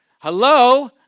Hello